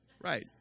right